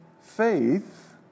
faith